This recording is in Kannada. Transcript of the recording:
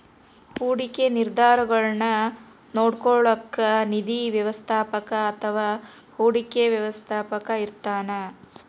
ಹೂಡಿಕೆ ನಿರ್ಧಾರಗುಳ್ನ ನೋಡ್ಕೋಳೋಕ್ಕ ನಿಧಿ ವ್ಯವಸ್ಥಾಪಕ ಅಥವಾ ಹೂಡಿಕೆ ವ್ಯವಸ್ಥಾಪಕ ಇರ್ತಾನ